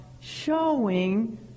showing